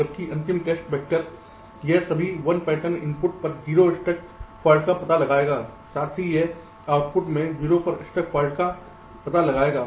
जबकि अंतिम test vector यह सभी 1 पैटर्न इनपुट पर 0 पर स्टक फॉल्ट का पता लगाएगा साथ ही यह आउटपुट मैं 0 पर स्टक फॉल्ट का जाएगा